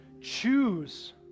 choose